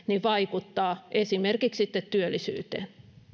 vaikuttaa esimerkiksi työllisyyteen